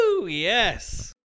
Yes